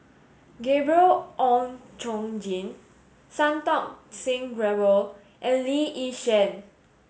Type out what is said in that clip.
Gabriel Oon Chong Jin Santokh Singh Grewal and Lee Yi Shyan